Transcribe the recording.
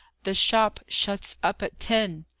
the shop shuts up at ten.